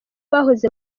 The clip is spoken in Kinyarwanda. bahoze